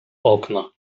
okna